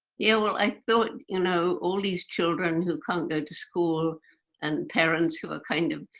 yeah. well, i thought, you know, all these children who can't go to school and parents who are kind of